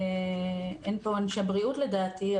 אין פה אנשי בריאות לדעתי,